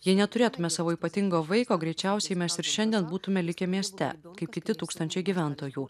jei neturėtume savo ypatingo vaiko greičiausiai mes ir šiandien būtume likę mieste kaip kiti tūkstančiai gyventojų